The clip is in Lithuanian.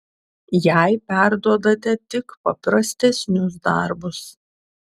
jai perduodate tik paprastesnius darbus